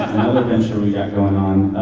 venture we got going on,